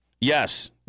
Yes